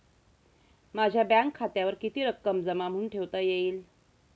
माझ्या बँक खात्यावर किती रक्कम जमा म्हणून ठेवता येईल?